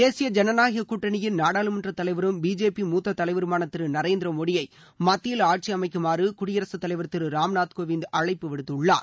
தேசிய ஜனநாயகக் கூட்டணியின் நாடாளுமன்ற தலைவரும் பிஜேபி மூத்த தலைவருமான திரு நரேந்திர மோடியை மத்தியில் ஆட்சி அமைக்குமாறு குடியரசுத் தலைவர் திரு ராம்நாத் கோவிந்த் அழைப்பு விடுத்துள்ளார்